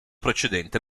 precedente